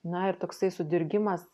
na ir toksai sudirgimas